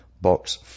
Box